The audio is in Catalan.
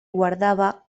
guardava